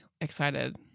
excited